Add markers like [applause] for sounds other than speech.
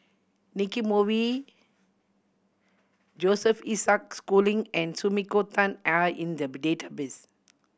Nicky Moey Joseph Isaac Schooling and Sumiko Tan are in the [unintelligible] database